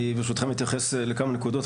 אני ברשותכם אתייחס לכמה נקודות,